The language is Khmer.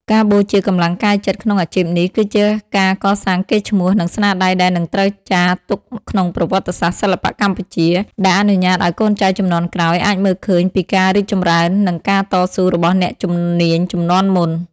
ការបូជាកម្លាំងកាយចិត្តក្នុងអាជីពនេះ គឺជាការកសាងកេរ្តិ៍ឈ្មោះ និងស្នាដៃដែលនឹងត្រូវចារទុកក្នុងប្រវត្តិសាស្ត្រសិល្បៈកម្ពុជា ដែលអនុញ្ញាតឱ្យកូនចៅជំនាន់ក្រោយអាចមើលឃើញពីការរីកចម្រើន និងការតស៊ូរបស់អ្នកជំនាញជំនាន់មុន។